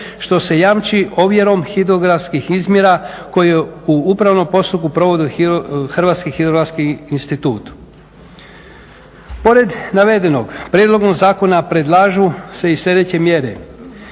što se jamči ovjerom hidrografskih izmjera koje u upravnom postupku provodi Hrvatski hidrografski institut. Pored navedenog, prijedlogom zakona predlažu se i slijedeće mjere: